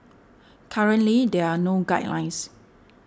currently there are no guidelines